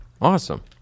Awesome